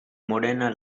morena